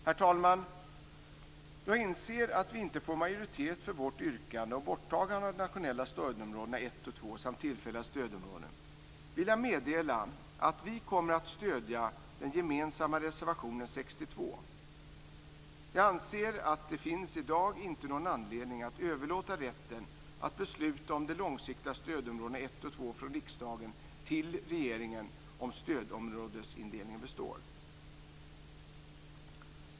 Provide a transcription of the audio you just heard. Då jag inser att vi inte får majoritet för vårt yrkande om borttagande av de nationella stödområdena 1 och 2 samt tillfälliga stödområden, vill jag meddela att vi kommer att stödja den gemensamma reservationen 62. Jag anser att det i dag inte finns någon anledning att överlåta rätten att besluta om de långsiktiga stödområdena 1 och 2 från riksdagen till regeringen om stödområdesindelningen består.